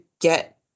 get